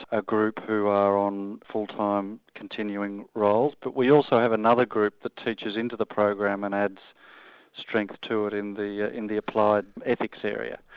a group who are on full-time continuing roles, but we also have another group that teaches into the program and adds strength to it in the ah in the applied ethics area,